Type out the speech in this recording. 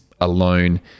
alone